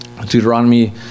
Deuteronomy